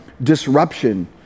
disruption